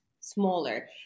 smaller